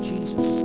Jesus